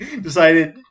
decided